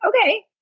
okay